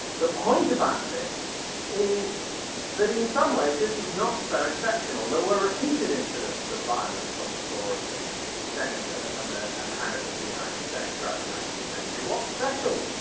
the point about this is that in some ways, this was not so exceptional. there were repeated incidents of violence on the floor of the senate and the and the house of the united states throughout the nineteenth century, what's special,